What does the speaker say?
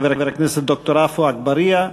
חבר הכנסת עפו אגבאריה,